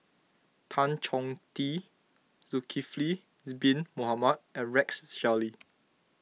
Tan Choh Tee Zulkifli Bin Mohamed and Rex Shelley